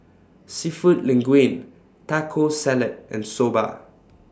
Seafood Linguine Taco Salad and Soba